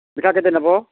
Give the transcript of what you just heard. ମିଠା କେତେ ନେବ